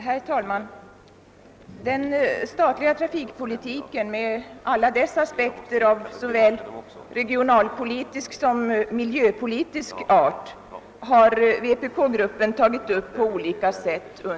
Herr talman! Vpk-gruppen har under åren på olika sätt tagit upp den statliga trafikpolitiken med alla dess aspekter av såväl regionalpolitisk som miljöpolitisk art.